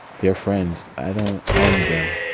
they're friends. i don't own them